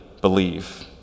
believe